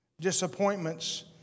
disappointments